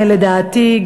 לדעתי,